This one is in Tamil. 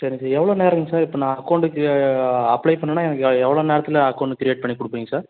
சரிங்க சார் எவ்வளோ நேரம்ங்க சார் இப்போ நான் அக்கௌன்ட்டுக்கு அப்ளை பண்ணன்னா எனக்கு எவ்வளோ நேரத்தில் அகௌன்ட் க்ரியேட் பண்ணி கொடுப்பீங்க சார்